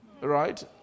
Right